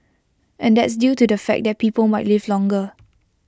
and that's due to the fact that people might live longer